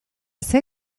zer